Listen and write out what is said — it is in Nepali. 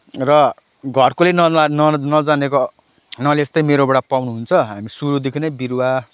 र घरकोले नजानेको नलेज चाहिँ मेरोबाट पाउनुहुन्छ हामी सुरुदेखि नै बिरुवा